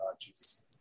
Jesus